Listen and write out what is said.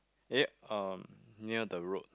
eh um near the road